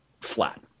flat